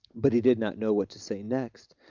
but he did not know what to say next,